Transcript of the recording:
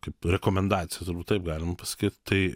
kaip rekomendaciją turbūt taip galima pasakyt tai